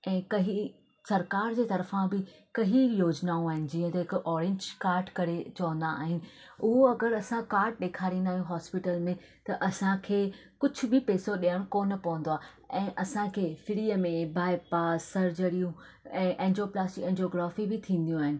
ऐं कही सरकार जे तर्फ़ां बि कईं योजनाऊं आहिनि जीअं त हिकु ऑरेंज कार्डु करे चवंदा आहिनि उहो अगरि असां कार्डु ॾेखारींदा आहियूं हॉस्पिटल में त असां खे कुझु बि पैसो ॾियणु कोन पवंदो आहे ऐं असां खे फ़्रीअ में बाए पास सर्जरियूं ऐं एंजियोप्लास्टी एंजियोग्राफी बि थींदियूं आहिनि